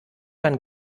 dann